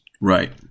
Right